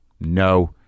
No